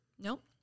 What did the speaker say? Nope